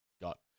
got